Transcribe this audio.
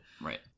Right